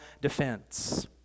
defense